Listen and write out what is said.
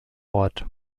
ort